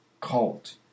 cult